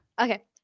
okay